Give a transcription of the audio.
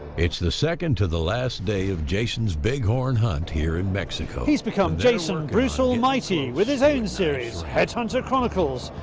the second to the last day of jason's big horn hunt here in mexico. he has become jason bruce almighty with his own series headhunter chronicles.